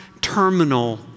terminal